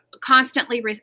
constantly